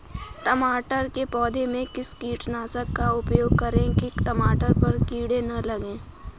टमाटर के पौधे में किस कीटनाशक का उपयोग करें कि टमाटर पर कीड़े न लगें?